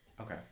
Okay